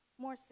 more